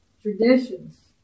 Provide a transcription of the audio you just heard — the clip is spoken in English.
traditions